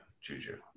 Juju